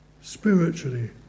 spiritually